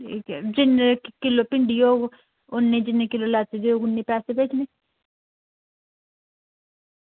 जिन्ने किलो भिंडी होग उन्नी जिन्नी लैती दी होग उन्ने पैसे भेजने